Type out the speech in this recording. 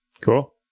Cool